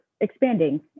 expanding